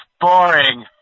boring